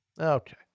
Okay